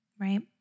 right